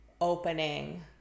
opening